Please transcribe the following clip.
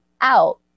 out